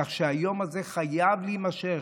כך שהיום הזה חייב להימשך.